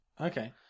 Okay